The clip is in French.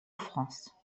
france